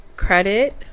credit